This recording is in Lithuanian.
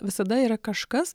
visada yra kažkas